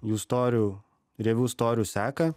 jų storių rievių storių seką